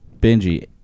Benji